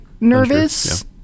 nervous